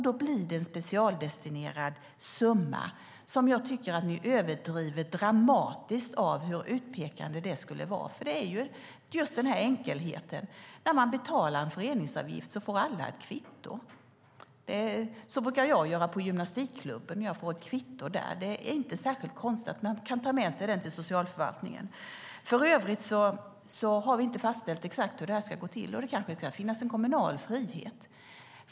Då blir det en specialdestinerad summa. Jag tycker att ni överdriver dramatiskt hur utpekande det skulle vara. Det är just den här enkelheten. När man betalar en föreningsavgift får man ett kvitto. Så brukar jag göra på gymnastikklubben. Jag får ett kvitto där. Det är inte särskilt konstigt att man kan ta med sig det till socialförvaltningen. För övrigt har vi inte fastställt exakt hur det här ska gå till. Det kanske ska finnas en kommunal frihet.